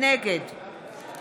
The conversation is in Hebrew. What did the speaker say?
נגד